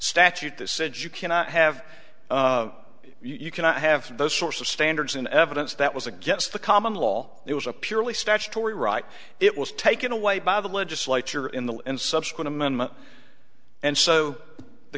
statute that said you cannot have you cannot have those sorts of standards in evidence that was against the common law it was a purely statutory right it was taken away by the legislature in the and subsequent amendment and so the